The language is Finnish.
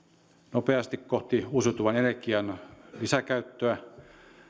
nopeasti kohti uusiutuvan energian lisäkäyttöä